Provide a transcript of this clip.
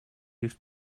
эрт